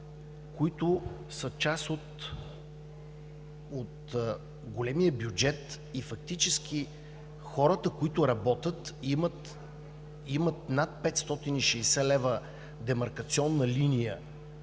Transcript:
които са част от големия бюджет и фактически хората, които работят, имат над 560 лв. демаркационна линия